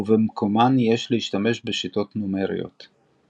ובמקומן יש להשתמש בשיטות נומריות .